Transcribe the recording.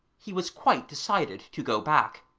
he was quite decided to go back.